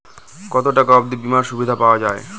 কত টাকা অবধি বিমার সুবিধা পাওয়া য়ায়?